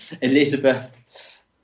Elizabeth